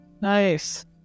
nice